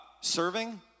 serving